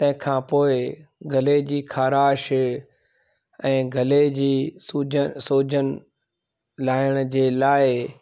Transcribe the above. तंहिं खां पोइ गले जी ख़राश ऐं गले जी सूजन सोजन लाहिण जे लाइ